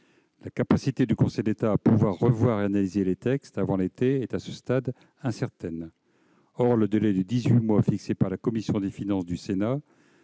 La capacité du Conseil d'État à revoir et à analyser les textes avant l'été est, à ce stade, incertaine. Or le délai de dix-huit mois fixé par la commission des finances du Sénat